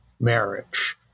marriage